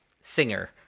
singer